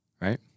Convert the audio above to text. right